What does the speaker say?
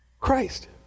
Christ